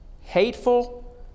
hateful